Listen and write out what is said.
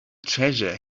treasure